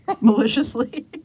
Maliciously